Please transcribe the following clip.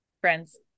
Friends